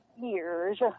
years